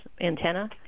antenna